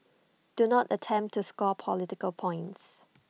do not attempt to score political points